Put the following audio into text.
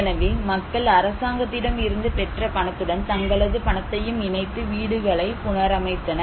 எனவே மக்கள் அரசாங்கத்திடம் இருந்து பெற்ற பணத்துடன் தங்களது பணத்தையும் இணைத்து வீடுகளை புணர் அமைத்தனர்